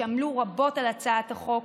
שעמלו רבות על הצעת החוק,